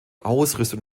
ausrüstung